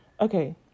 Okay